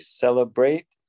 celebrate